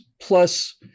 plus